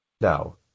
now